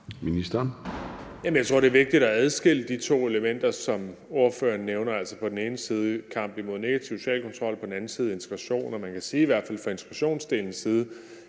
Jeg tror, det er vigtigt at adskille de to elementer, som ordføreren nævner, altså på den ene side kampen mod negativ social kontrol og på den anden side integration. Og man kan sige, i hvert fald for integrationsdelens